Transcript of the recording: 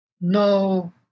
no